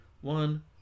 one